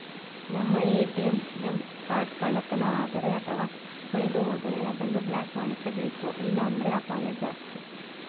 ನಮ್ಮ ATM card ಕಳ್ಳತನವಾದರೆ ಅಥವಾ ಕಳೆದುಹೋದರೆ ಅದನ್ನು ಬ್ಲಾಕ್ ಮಾಡಿಸಬೇಕು ಇಲ್ಲಾಂದ್ರೆ ಅಪಾಯ ಜಾಸ್ತಿ